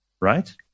right